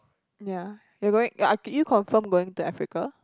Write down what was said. yeah you're going are are you confirm going to Africa